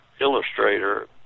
illustrator